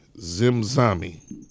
Zimzami